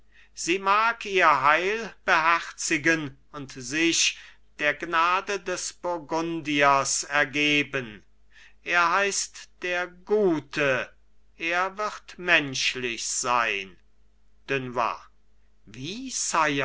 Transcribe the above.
sie mag ihr heil beherzigen und sich der gnade des burgundiers ergeben er heißt der gute er wird menschlich sein dunois wie